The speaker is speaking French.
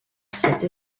cette